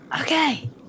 Okay